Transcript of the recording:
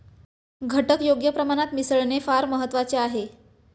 घटक योग्य प्रमाणात मिसळणे फार महत्वाचे आहे